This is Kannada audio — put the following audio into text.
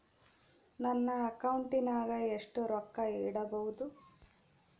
ನನ್ನ ಅಕೌಂಟಿನಾಗ ಎಷ್ಟು ರೊಕ್ಕ ಇಡಬಹುದು?